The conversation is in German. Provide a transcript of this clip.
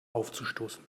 aufzustoßen